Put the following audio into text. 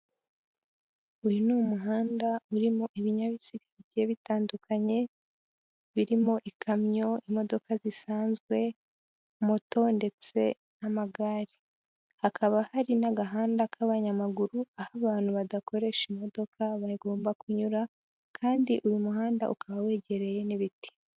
Uyu ni umuhanda urimo ibinyabiziga bigiye bitandukanye birimo ikamyo, imodoka zisanzwe, moto ndetse n'amagare. Hakaba hari n'agahanda k'abanyamaguru, aho abantu badakoresha imodoka bagomba kunyura, kandi uyu muhanda ukaba wegereye n'ibiti.